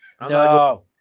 No